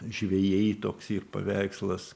žvejai toks yr paveikslas